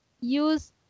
use